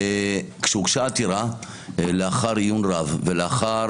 וכשהוגשה העתירה, לאחר עיון רב ולאחר